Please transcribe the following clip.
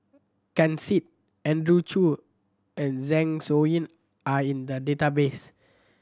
Ken Seet Andrew Chew and Zeng Shouyin are in the database